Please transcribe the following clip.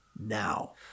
now